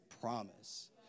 promise